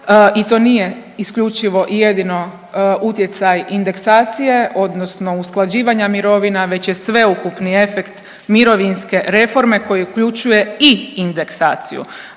i to nije isključivo i jedino utjecaj indeksacije odnosno usklađivanja mirovina već je sveukupni efekt mirovinske reforme koji uključuje i indeksaciju.